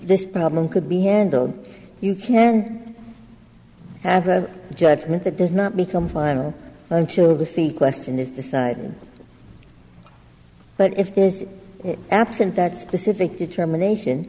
this problem could be handled you can have a judgment that does not become final until the feet question is decided but if this absent that specific determination